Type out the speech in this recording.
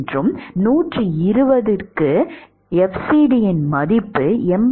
மற்றும் 120 க்கு fcd மதிப்பு 83